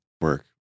work